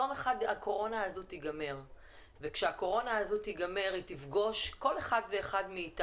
יום אחד הקורונה הזאת תיגמר וכשהיא תיגמר היא תפגוש כל אחד מאתנו